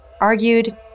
argued